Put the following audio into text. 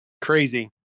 crazy